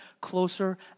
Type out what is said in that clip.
closer